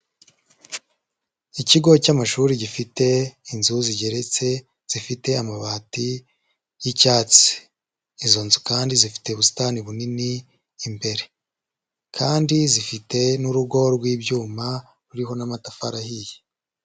Ikigo cy'amashuri gifite inzu zigeretse zifite amabati y'icyatsi, izo nzu kandi zifite ubusitani bunini imbere, kandi zifite n'urugo rw'ibyuma ruriho n'amatafari ahiye.